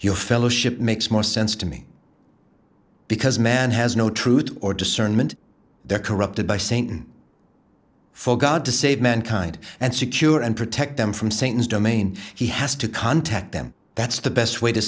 your fellowship makes more sense to me because man has no truth or discernment they are corrupted by saying for god to save mankind and secure and protect them from sayings domain he has to contact them that's the best way to